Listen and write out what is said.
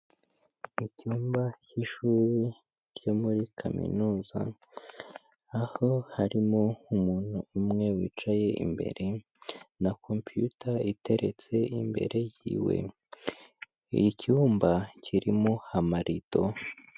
Mu cyumba cy'ishuri ryo muri kaminuza, aho harimo umuntu umwe wicaye imbere na computer iteretse imbere yiwe, icyumba kirimo amarido.